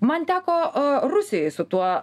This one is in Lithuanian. man teko rusijoj su tuo